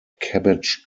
cabbage